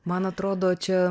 man atrodo čia